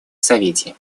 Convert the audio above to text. совете